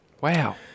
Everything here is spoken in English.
Wow